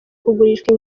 kugurishwa